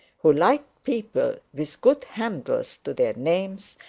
who liked people with good handles to their names,